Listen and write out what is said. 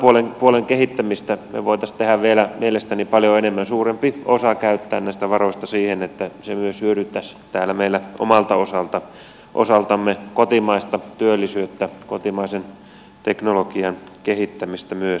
tämän puolen kehittämistä me voisimme tehdä vielä mielestäni paljon enemmän käyttää suuremman osan näistä varoista siihen että se myös hyödyttäisi täällä meillä omalta osaltamme kotimaista työllisyyttä kotimaisen teknologian kehittämistä myös